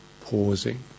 pausing